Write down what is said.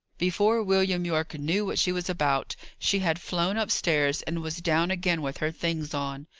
before william yorke knew what she was about, she had flown upstairs, and was down again with her things on.